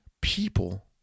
people